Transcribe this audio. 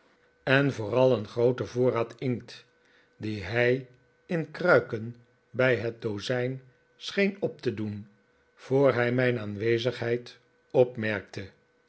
en vooral een grooten voorraad inkt dien hij in kruiken bij het dozijn scheen op te doen voor hij mijn aanwezigheid opmerkte